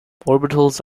orbitals